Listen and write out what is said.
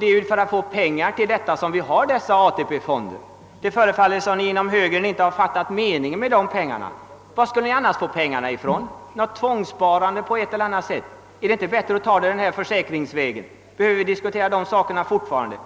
Det är för att få pengar till detta som vi har dessa AP-fonder, men det förefaller som om ni inom högern inte har fattat meningen med dessa fonder. Var skulle vi annars få pengar ifrån? Skulle man ha fått dem genom tvångssparande på ett eller annat sätt? Är det inte bättre att ta pengarna försäkringsvägen? Behöver vi diskutera den saken fortfarande?